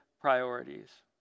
priorities